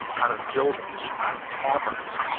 out of buildings, out of taverns,